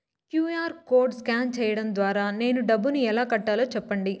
QR code scan సేయడం ద్వారా నేను డబ్బును ఎలా కట్టాలో సెప్పండి?